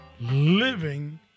Living